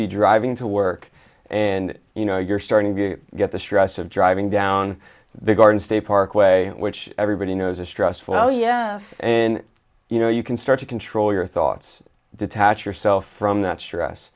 be driving to work and you know you're starting to get the stress of driving down the garden state parkway which everybody knows is stressful yeah and you know you can start to control your thoughts detach yourself from that stress